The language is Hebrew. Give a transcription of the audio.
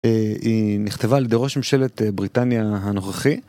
היא נכתבה על ידי ראש ממשלת בריטניה הנוכחי.